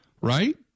Right